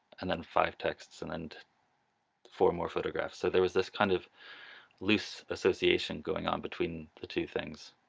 and then five texts and and four more photographs. so there was this kind of loose association going on between the two things.